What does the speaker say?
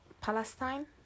Palestine